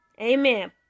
Amen